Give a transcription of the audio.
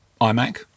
iMac